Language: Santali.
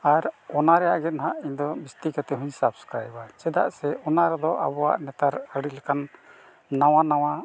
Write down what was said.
ᱟᱨ ᱚᱱᱟ ᱨᱮᱱᱟᱜ ᱜᱮ ᱱᱟᱜ ᱤᱧᱫᱚ ᱵᱤᱥᱛᱤ ᱠᱟᱛᱮ ᱦᱚᱸᱧ ᱥᱟᱵᱽᱥᱠᱨᱟᱭᱤᱵᱟ ᱪᱮᱫᱟᱜ ᱥᱮ ᱚᱱᱟ ᱨᱮᱫᱚ ᱟᱵᱚᱣᱟᱜ ᱱᱮᱛᱟᱨ ᱟᱹᱰᱤ ᱞᱮᱠᱟᱱ ᱱᱟᱣᱟ ᱱᱟᱣᱟ